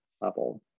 level